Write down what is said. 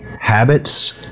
habits